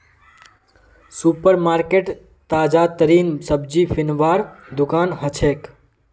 super market ताजातरीन सब्जी किनवार दुकान हछेक